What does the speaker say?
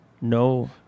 No